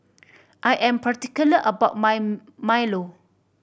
I am particular about my milo